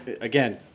again